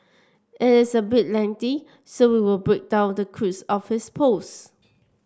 it is a bit lengthy so we will break down the crux of his post